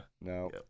No